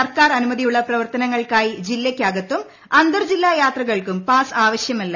സർക്കാർ അനുമതിയുള്ള പ്രവർത്തന്റങ്ങൾക്കായി ജില്ലയ്ക്കകത്തും അന്തർജില്ലാ യാത്രകൾക്കും പാസ്സ് ആവശ്യമല്ല